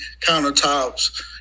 countertops